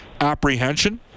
apprehension